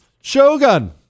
Shogun